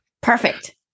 Perfect